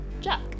Jack